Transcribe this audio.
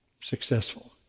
successful